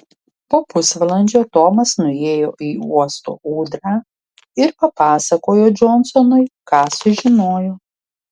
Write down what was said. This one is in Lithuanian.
po pusvalandžio tomas nuėjo į uosto ūdrą ir papasakojo džonsonui ką sužinojo